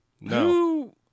No